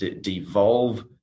devolve